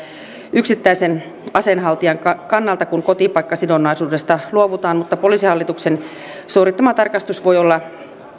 yksittäisen aseenhaltijan kannalta kun kotipaikkasidonnaisuudesta luovutaan mutta poliisihallituksen suorittama tarkastus voi olla